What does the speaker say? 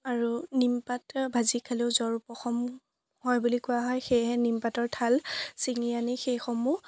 আৰু নিমপাত ভাজি খালেও জ্বৰ উপশম হয় বুলি কোৱা হয় সেয়েহে নিমপাতৰ ঠাল চিঙি আনি সেইসমূহ